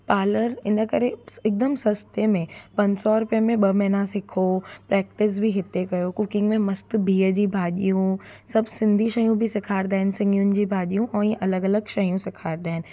parlour इन करे इकदमि सस्ते में पंज सौ रुपये में ॿ महिना सिखो प्रैक्टिस बि हिते कयो कुकिंग में मस्तु बिह जी भाॼियूं सभु सिंधी शयूं बि सेखारींदा आहिनि सिङियुनि जी भाॼियूं सभु सिंधी शयूं बि सेखारींदा आहिनि सिङियुनि जी भाॼियूं ऐं इअं अलॻि अलॻि शयूं सेखारींदा आहिनि